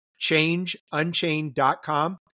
Changeunchained.com